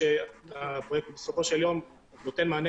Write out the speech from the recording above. חושבים שבסופו של יום הפרויקט נותן מענה